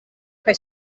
kaj